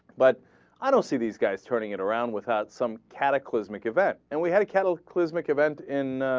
but i don't see these guys turning it around without some cataclysmic event and we had a cataclysmic event in ah.